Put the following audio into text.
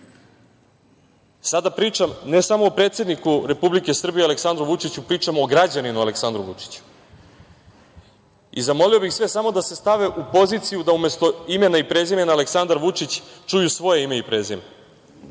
Sada pričam ne samo o predsedniku Republike Srbije Aleksandru Vučiću, pričamo o građaninu Aleksandru Vučiću. Zamolio bih sve samo da se stave u poziciju da umesto imena i prezimena Aleksandar Vučić čuju svoje ime i prezime.